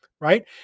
Right